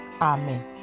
Amen